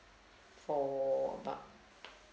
for about